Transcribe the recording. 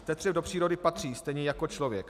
Tetřev do přírody patří stejně jako člověk.